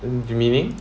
you meaning